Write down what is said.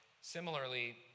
Similarly